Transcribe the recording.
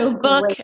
book